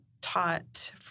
taught